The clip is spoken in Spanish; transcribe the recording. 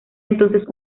entonces